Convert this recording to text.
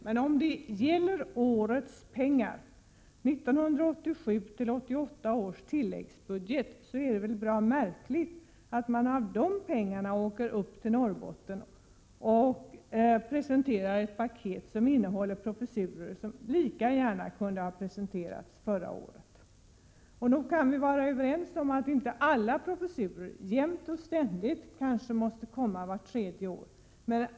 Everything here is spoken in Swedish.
Men om det gäller årets pengar, 1987/88 års tilläggsbudget, är det väl bra märkligt att man för de pengarna åker upp till Norrbotten 137 och presenterar ett paket, som innehåller professurer som lika gärna kunde ha presenterats förra året! Och nog kan vi vara överens om att professurer inte jämt och samt måste inrättas just vart tredje år.